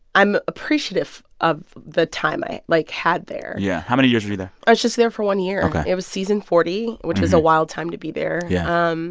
i'm appreciative of the time i, like, had there yeah. how many years were you there? i was just there for one year ok it was season forty, which was a wild time to be there yeah um